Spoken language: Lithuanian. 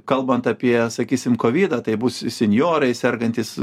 kalbant apie sakysim kovidą tai bus senjorai sergantys